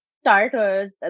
starters